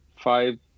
five